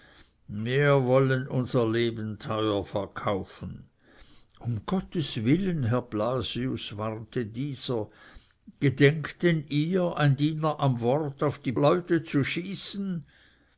wir wollen unser leben teuer verkaufen um gottes willen herr blasius warnte dieser gedenkt denn ihr ein diener am wort auf die leute zu schießen